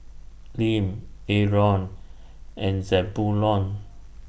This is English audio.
Lim Aron and Zebulon